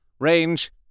Range